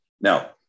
Now